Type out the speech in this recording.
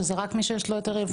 שכשפורסמה הודעה כזאת באתר,